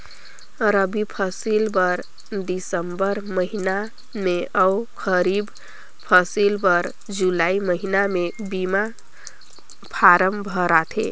रबी फसिल बर दिसंबर महिना में अउ खरीब फसिल बर जुलाई महिना में बीमा फारम भराथे